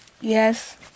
Yes